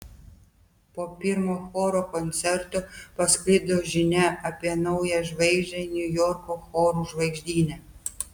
po pirmo choro koncerto pasklido žinia apie naują žvaigždę niujorko chorų žvaigždyne